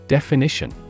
Definition